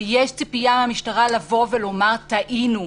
יש ציפייה מהמשטרה לבוא ולומר: טעינו,